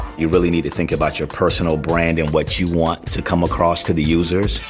you really need to think about your personal brand and what you want to come across to the users,